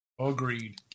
Agreed